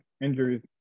injuries